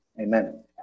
Amen